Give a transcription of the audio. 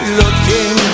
looking